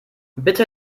bitte